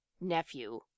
nephew